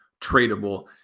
tradable